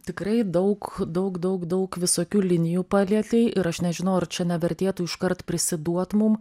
tikrai daug daug daug daug visokių linijų palietei ir aš nežinau ar čia nevertėtų iškart prisiduot mum